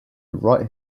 right